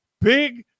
big